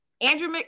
Andrew